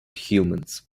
humans